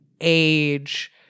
age